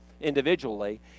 individually